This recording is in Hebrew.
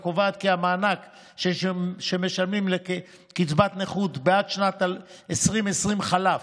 הקובעת כי המענק שמשלמים לקצבת נכות בעד שנת 2020 חלף,